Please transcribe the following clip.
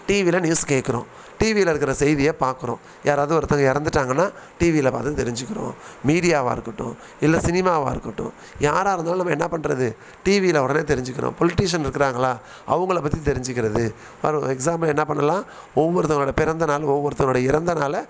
டிவியில் நியூஸ் கேட்கறோம் டிவியில் இருக்கிற செய்தியை பார்க்கறோம் யாராவது ஒருத்தங்க இறந்துட்டாங்கனா டிவியில் பார்த்து தெரிஞ்சிக்கிறோம் மீடியாவாக இருக்கட்டும் இல்லை சினிமாவாக இருக்கட்டும் யாராக இருந்தாலும் நம்ம என்ன பண்ணுறது டிவியில் உடனே தெரிஞ்சிக்கிறோம் பொலிடிஷியன் இருக்கிறாங்களா அவங்களப் பற்றி தெரிஞ்சிக்கிறது மறு எக்ஸாம்பிள் என்ன பண்ணலாம் ஒவ்வொருத்தங்களோடய பிறந்த நாள் ஒவ்வொருத்ததோடய இறந்த நாளை